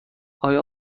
آیا